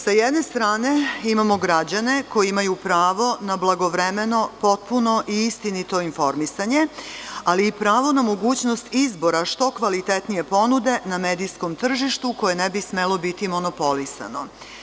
Sa jedne strane imamo građane koji imaju pravo na blagovremeno potpuno i istinito informisanje, ali i pravo na mogućnost izbora što kvalitetnije ponude na medijskom tržištu koje ne bi smelo biti monopolisano.